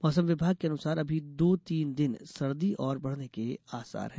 मौसम विभाग के अनुसार अभी दो तीन दिन सर्दी और बढ़ने के आसार हैं